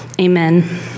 amen